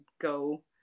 go